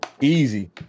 Easy